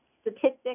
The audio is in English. statistics